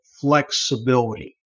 flexibility